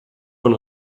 von